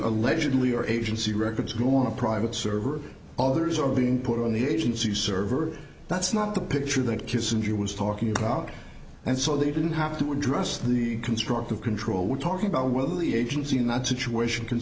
allegedly or agency records go on a private server others are being put on the agency's server that's not the picture that kissinger was talking about and so they didn't have to address the construct of control we're talking about whether the agency not situation can